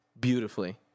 beautifully